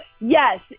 Yes